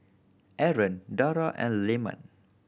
Aaron Dara and Leman